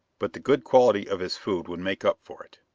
but the good quality of his food would make up for it.